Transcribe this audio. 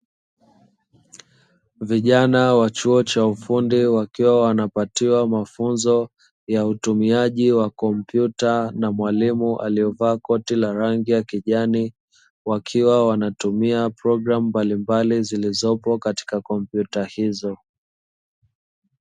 Vijana wa chuo cha ufundi, wakiwa wanapatiwa mafunzo ya utumiaji wa kompyuta na mwalimu aliyevaa koti la rangi ya kijani, wakiwa wanatumia programu mbalimbali zilizopo katika kompyuta hizo.